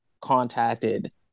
contacted